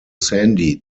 sandy